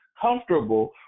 comfortable